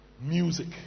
Music